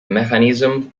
mechanisms